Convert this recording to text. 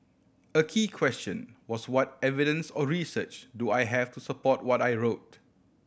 a key question was what evidence or research do I have to support what I wrote